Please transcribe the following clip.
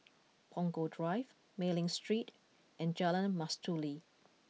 Punggol Drive Mei Ling Street and Jalan Mastuli